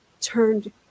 turned